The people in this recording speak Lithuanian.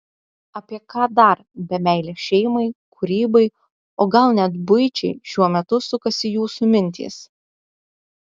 apie ką dar be meilės šeimai kūrybai o gal net buičiai šiuo metu sukasi jūsų mintys